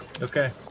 Okay